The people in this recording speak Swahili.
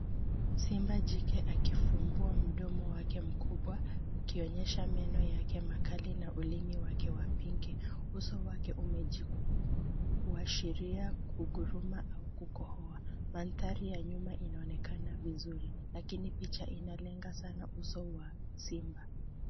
Simba jike akifumbua mdomo wake mkubwa akionyesha meno yake makali na ulimi wake wa pinki, uso wake umejikunja kuashiria kunguruma au kukohoa, mandhari ya nyuma inaonekana vizuri lakini picha inalenga sana uso wa simba.